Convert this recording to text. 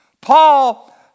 Paul